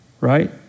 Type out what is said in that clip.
right